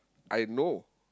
I know